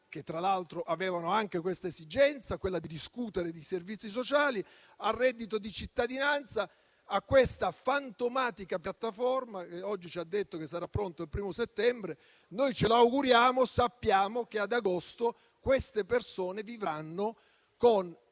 che tra l'altro avevano anche l'esigenza di discutere di servizi sociali, al reddito di cittadinanza, fino a questa fantomatica piattaforma, che oggi ci ha detto sarà pronta il 1° settembre. Noi ce lo auguriamo. Sappiamo che, ad agosto, queste persone vivranno con